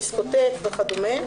דיסקוטק וכדומה.